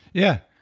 yeah.